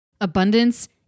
Abundance